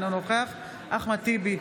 אינו נוכח אחמד טיבי,